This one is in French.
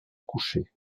coucher